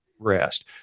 rest